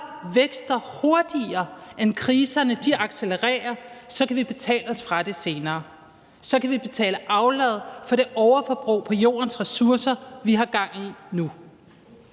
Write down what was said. vækster hurtigere, end kriserne accelererer, kan vi betale os fra det senere – så kan vi betale aflad for det overforbrug på Jordens ressourcer, vi har gang i nu.